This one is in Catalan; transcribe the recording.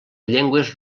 llengües